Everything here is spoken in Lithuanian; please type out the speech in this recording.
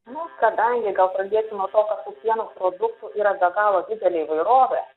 nu kadangi gal pradėsiu nuo to kad tų pieno produktų yra be galo didelė įvairovė